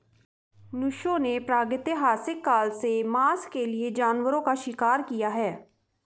मनुष्यों ने प्रागैतिहासिक काल से मांस के लिए जानवरों का शिकार किया है